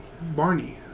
Barney